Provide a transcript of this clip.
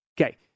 Okay